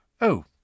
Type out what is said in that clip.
Oh